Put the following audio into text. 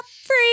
free